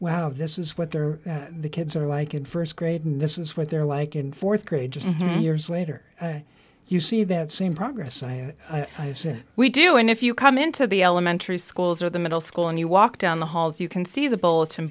how this is what they're the kids are like in first grade and this is what they're like in fourth grade just years later you see that same progress i see we do and if you come into the elementary schools or the middle school and you walk down the halls you can see the bulletin